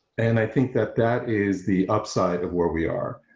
and i think that that is the upside of where we are.